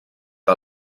que